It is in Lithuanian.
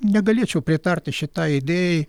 negalėčiau pritarti šitai idėjai